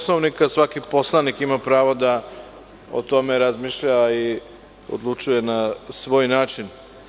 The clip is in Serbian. Svaki poslanik ima pravo da o tome razmišlja i da odlučuje na svoj način.